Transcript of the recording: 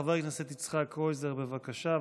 חבר הכנסת יצחק קרויזר, בבקשה.